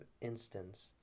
instance